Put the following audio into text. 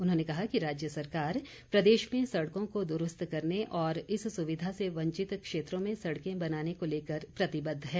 उन्होंने कहा कि राज्य सरकार प्रदेश में सड़कों को दुरूस्त करने और इस सुविधा से वंचित क्षेत्रों में सड़कें बनाने को लेकर प्रतिबद्ध है